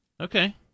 Okay